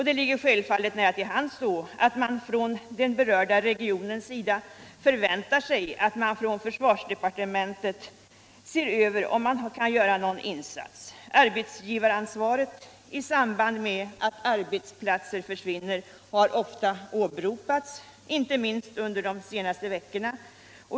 Det ligger självfallet nära till hands att man i den berörda regionen förväntar sig att försvarsdepartementet undersöker om det är möjligt att göra en insats. Arbetsgivaransvaret i samband med att arbetsplatser försvinner har ofta åberopats, inte minst under de senaste veckorna.